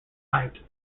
height